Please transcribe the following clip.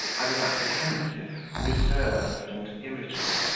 i was apprehensive, reserved, and irritable,